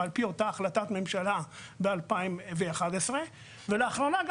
לאותה החלטת ממשלה בשנת 2011. לאחרונה גם